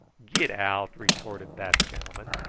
get out! retorted that gentleman.